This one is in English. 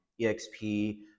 EXP